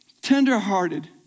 tenderhearted